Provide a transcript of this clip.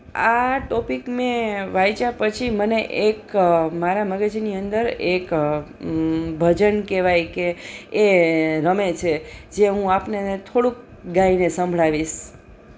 આ ટોપિક મેં વાંચ્યા પછી મને એક મારા મગજની અંદર એક ભજન કહેવાય કે એ રમે છે જે હું આપને થોડુંક ગાઈને સંભળાવીશ